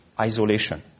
isolation